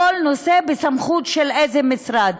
כל נושא בסמכות של איזה משרד,